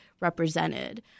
represented